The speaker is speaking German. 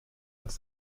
dass